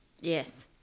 Yes